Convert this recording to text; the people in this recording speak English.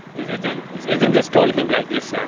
his agent agent just told him like this, yeah